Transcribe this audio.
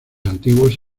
antiguos